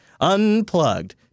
unplugged